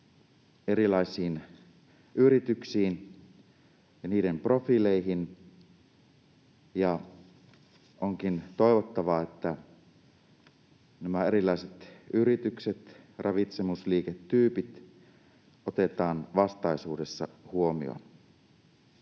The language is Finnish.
erilaisiin yrityksiin ja niiden profiileihin, ja onkin toivottavaa, että nämä erilaiset yritykset, ravitsemusliiketyypit, otetaan vastaisuudessa huomioon.